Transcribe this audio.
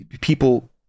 people